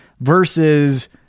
versus